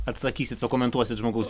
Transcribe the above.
atsakysit pakomentuosit žmogus